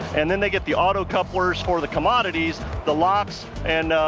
and then they get the auto-couplers for the commodities. the locks, and, ah,